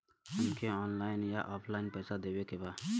हमके ऑनलाइन या ऑफलाइन पैसा देवे के बा?